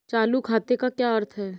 चालू खाते का क्या अर्थ है?